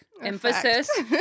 emphasis